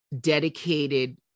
dedicated